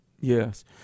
Yes